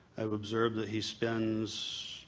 i've observed that he spends